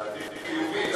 דעתי חיובית.